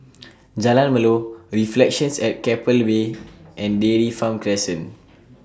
Jalan Melor Reflections At Keppel Bay and Dairy Farm Crescent